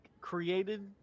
created